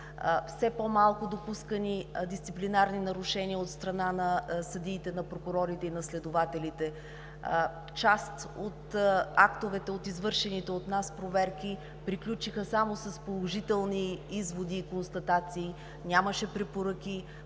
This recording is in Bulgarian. все по-малко допускани дисциплинарни нарушения от страна на съдиите, на прокурорите и на следователите; част от актовете от извършените от нас проверки приключиха само с положителни изводи и констатации; нямаше препоръки